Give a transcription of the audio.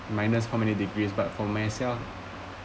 miners how many degrees but for myself